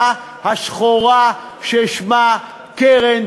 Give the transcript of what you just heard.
הנתון הזה שאומר 650 תלונות על עינויים